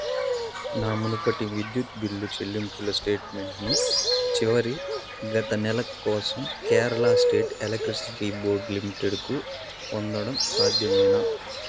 నా మునుపటి విద్యుత్ బిల్లు చెల్లింపుల స్టేట్మెంట్ను చివరి గత నెల కోసం కేరళ స్టేట్ ఎలక్ట్రిసిటీ బోర్డ్ లిమిటెడ్కు పొందడం సాధ్యమేనా